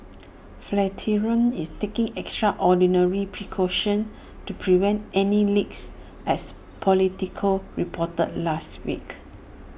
flatiron is taking extraordinary precautions to prevent any leaks as Politico reported last week